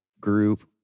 group